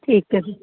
ਠੀਕ ਹੈ ਜੀ